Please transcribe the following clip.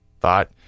thought